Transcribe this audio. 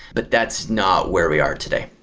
but that's not where we are today